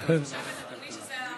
אני חושבת, אדוני, שזה הדבר